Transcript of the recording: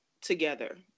together